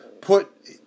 put